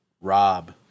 Rob